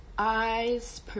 eyes